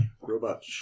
robot